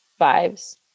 vibes